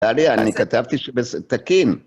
דליה, אני כתבתי ש... בסד... תקין.